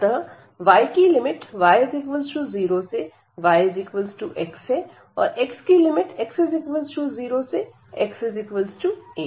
अतः y की limit y 0 से y x है और x की लिमिट x0 से xa है